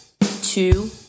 two